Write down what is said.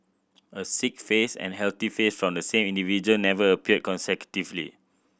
a sick face and healthy face from the same individual never appeared consecutively